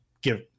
give